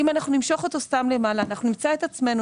אם אנחנו נמשוך אותו סתם למעלה אנחנו נמצא את עצמנו